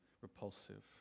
repulsive